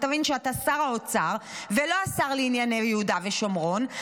ותבין שאתה שר האוצר ולא השר לענייני יהודה ושומרון,